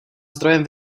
zdrojem